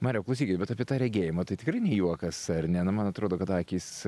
mariau klausykit bet apie tą regėjimą tai tikrai ne juokas ar ne nu man atrodo kad akys